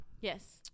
Yes